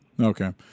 Okay